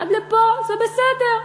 עד לפה זה בסדר,